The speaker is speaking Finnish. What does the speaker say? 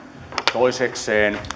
toisekseen